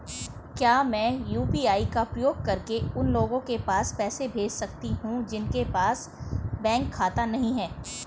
क्या मैं यू.पी.आई का उपयोग करके उन लोगों के पास पैसे भेज सकती हूँ जिनके पास बैंक खाता नहीं है?